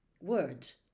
Words